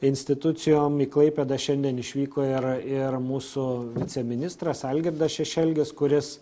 institucijom į klaipėdą šiandien išvyko ir ir mūsų viceministras algirdas šešelgis kuris